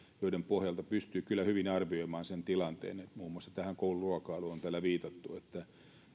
joiden pohjalta pystyy kyllä hyvin arvioimaan sen tilanteen muun muassa tähän kouluruokailuun on täällä viitattu että